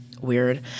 weird